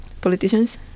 politicians